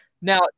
Now –